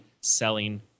selling